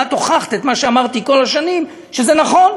ואת הוכחת את מה שאמרתי כל השנים, שזה נכון.